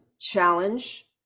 challenge